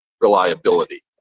reliability